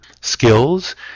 skills